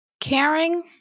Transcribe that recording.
Caring